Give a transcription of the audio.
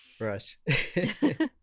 Right